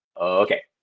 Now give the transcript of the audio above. okay